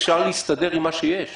אפשר להסתדר עם מה שיש.